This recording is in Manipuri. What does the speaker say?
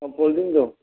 ꯑꯥ ꯐꯣꯜꯗꯤꯡꯗꯣ